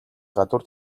гадуур